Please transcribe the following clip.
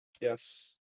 Yes